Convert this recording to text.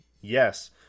Yes